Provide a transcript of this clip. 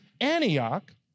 Antioch